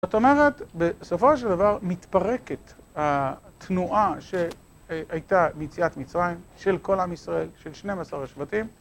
זאת אומרת, בסופו של דבר מתפרקת התנועה שהייתה ביציאת מצרים של כל עם ישראל, של 12 השבטים